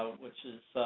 which is